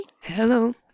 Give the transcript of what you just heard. Hello